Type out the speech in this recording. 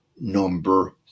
number